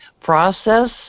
process